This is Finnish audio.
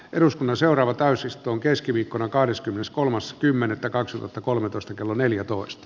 eduskunnan seuraava täysiston keskiviikkona kahdeskymmeneskolmas kymmenettä kaksituhattakolmetoista kello neljätoista